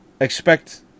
expect